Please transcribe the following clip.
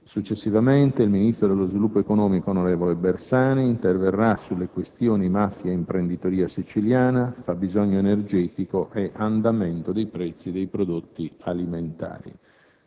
Successivamente, il ministro dello sviluppo economico, onorevole Bersani, interverrà sulle questioni mafia-imprenditoria siciliana, fabbisogno energetico e andamento dei prezzi dei prodotti alimentari.